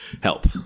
help